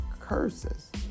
curses